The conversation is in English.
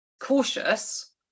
cautious